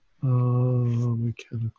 Mechanical